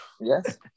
Yes